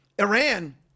Iran